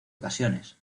ocasiones